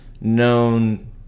known